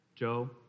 Joe